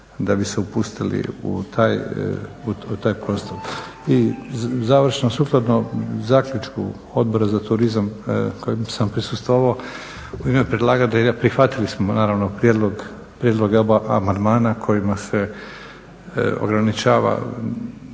da bi se upustili u taj prostor. I završno, sukladno zaključku Odbora za turizam kojem sam prisustvovao, u ime predlagatelja prihvatili smo naravno prijedloge oba amandmana kojima se ograničava